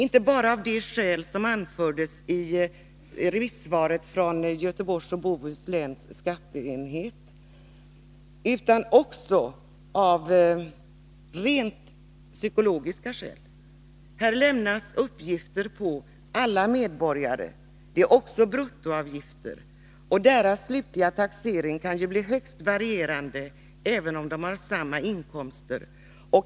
Inte bara av de skäl som anfördes i remissvaret från Göteborgs och Bohus läns skatteenhet, utan också av rent psykologiska skäl. Här lämnas uppgifter om alla medborgare. Det gäller också bruttoavgifter, och den slutliga taxeringen kan bli högst varierande även om personerna i fråga har samma inkomster.